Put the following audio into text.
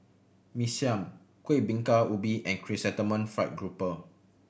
Mee Siam Kuih Bingka Ubi and Chrysanthemum Fried Grouper